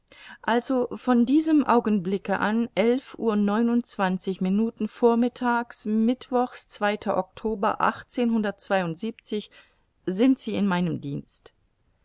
also von diesem augenblicke an elf uhr neunundzwanzig minuten vormittags mittwochs zweiter oktober sind sie in meinem dienst